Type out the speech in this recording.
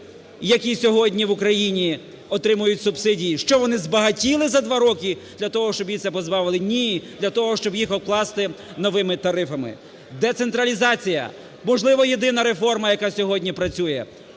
які сьогодні в Україні отримують субсидії. Що, вони збагатіли за два роки для того, щоб їх цього позбавили? Ні, для того, щоб їх обкласти новими тарифами. Децентралізація. Можливо, єдина реформа, яка сьогодні працює.